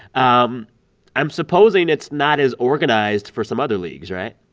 um i'm supposing it's not as organized for some other leagues, right?